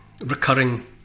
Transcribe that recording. recurring